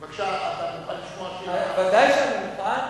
בבקשה, אתה מוכן לשמוע, ודאי שאני מוכן.